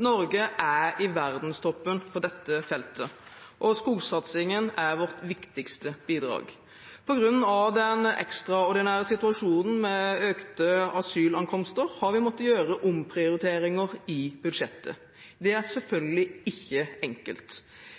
Norge er i verdenstoppen på dette feltet. Skogsatsingen er vårt viktigste bidrag. På grunn av den ekstraordinære situasjonen med økte asylankomster har vi måttet gjøre omprioriteringer i budsjettet. Det er selvfølgelig ikke enkelt.